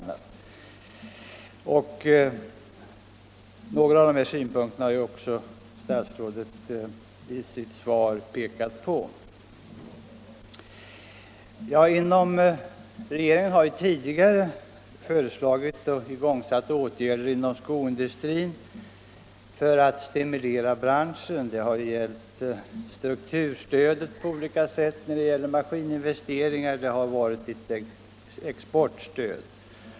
Några av de här synpunkterna har ju också statsrådet pekat på i sitt svar. Regeringen har tidigare föreslagit och igångsatt åtgärder inom skoindustrin för att stimulera branschen. Det har gällt strukturstöd på olika sätt till maskininvesteringar och det har varit exportstöd.